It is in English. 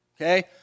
okay